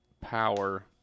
power